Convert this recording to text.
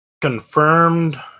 confirmed